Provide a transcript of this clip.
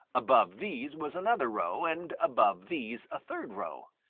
above these was another row and above these a third row.